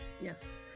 Yes